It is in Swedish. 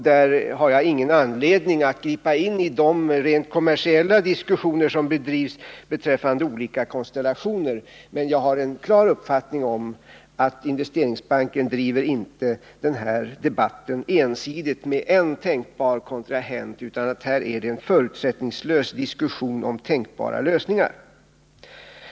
Där har jag ingen anledning att gripa in i de rent kommersiella diskussioner som bedrivs beträffande olika konstellationer. Men jag har en klar uppfattning om att Investeringsbanken inte driver den här debatten ensidigt med en enda tänkbar kontrahent utan att det sker en förutsättningslös diskussion om tänkbara lösningar.